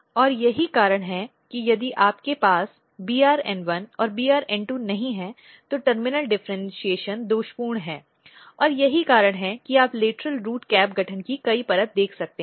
और यही कारण है कि यदि आपके पास BRN1 और BRN2 नहीं हैं तो टर्मिनल डिफरेन्शीऐशन दोषपूर्ण है और यही कारण है कि आप लेटरल रूट कैप गठन की कई परत देख सकते हैं